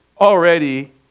already